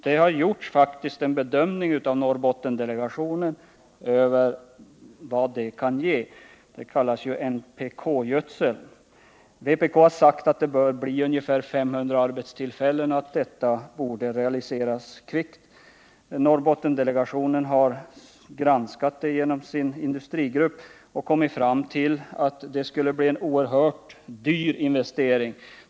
Det har faktiskt gjorts en bedömning av Norrbottensdelegationen av vad en sådan fabrik för NPK-gödsel kan ge. Vpk har sagt att den skulle ge ungefär 500 arbetstillfällen och att förslaget borde realiseras kvickt. Norrbottensdelegationen har granskat förslaget i sin industrigrupp och kommit fram till att det skulle bli en oerhört dyr investering.